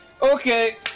Okay